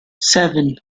seven